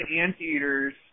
Anteaters